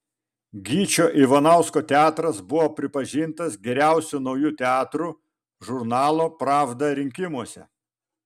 gyčio ivanausko teatras buvo pripažintas geriausiu nauju teatru žurnalo pravda rinkimuose